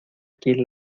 quien